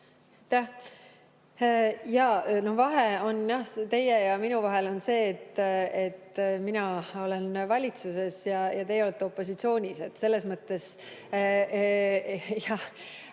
Vahe teie ja minu vahel on see, et mina olen valitsuses ja teie olete opositsioonis. Iseenesest